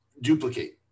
duplicate